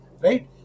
Right